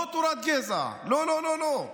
לא תורת גזע, לא לא לא.